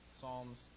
Psalms